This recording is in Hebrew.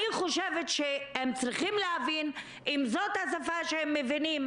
הם צריכים להבין שאם זאת השפה שהם מבינים,